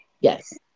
Yes